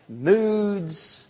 moods